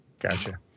Gotcha